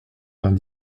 vingt